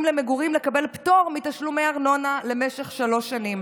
למגורים לקבל פטור מתשלומי ארנונה למשך שלוש שנים